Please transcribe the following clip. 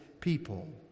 people